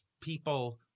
people